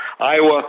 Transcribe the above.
Iowa